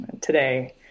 today